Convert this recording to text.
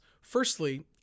Firstly